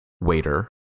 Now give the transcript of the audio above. waiter